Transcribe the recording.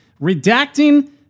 redacting